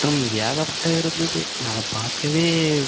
மற்றும் ஏகப்பட்டது இருந்தது நாங்கள் பார்க்கவே